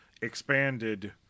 expanded